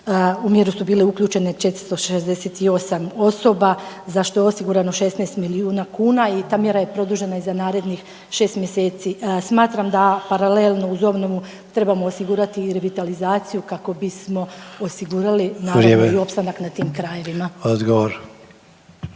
U mjeru su bile uključene 468 osoba za što je osigurano 16 milijuna kuna i ta mjera je produžena i za narednih 6 mjeseci. Smatram da paralelno uz obnovu trebamo osigurati i revitalizaciju kako bismo osigurali …/Upadica: Vrijeme./… naravno i opstanak na tim krajevima.